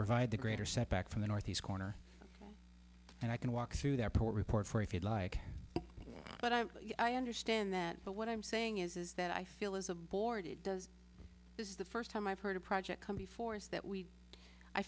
provide a greater set back from the northeast corner and i can walk through the airport report for if you'd like but i i understand that but what i'm saying is that i feel as a board it does this is the first time i've heard a project come before us that we i